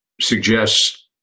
suggests